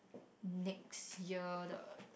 next year the